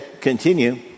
continue